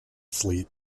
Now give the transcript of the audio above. fleet